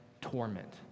torment